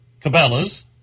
Cabela's